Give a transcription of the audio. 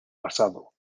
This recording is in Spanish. pasado